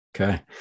Okay